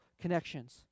connections